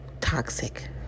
Toxic